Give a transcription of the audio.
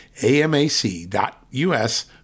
amac.us